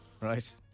Right